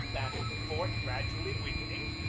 that of the fort gradually weakening.